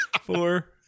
four